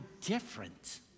different